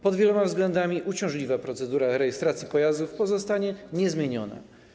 Pod wieloma względami uciążliwa procedura rejestracji pojazdu pozostanie niezmieniona.